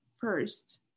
first